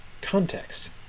context